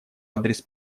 адрес